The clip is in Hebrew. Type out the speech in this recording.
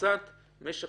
פריצת משך